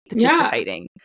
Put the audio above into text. participating